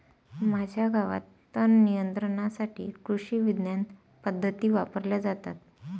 माझ्या गावात तणनियंत्रणासाठी कृषिविज्ञान पद्धती वापरल्या जातात